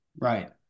right